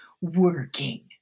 working